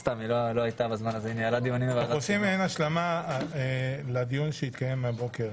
-- אנחנו עושים מעין השלמה לדיון שהתקיים הבוקר